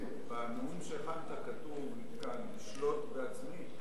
בנאום שלך כתוב: לשלוט בעצמי?